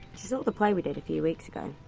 she saw the play we did a few weeks ago.